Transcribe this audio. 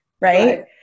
Right